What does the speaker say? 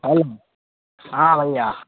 hello हाँ भैया